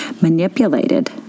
manipulated